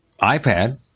iPad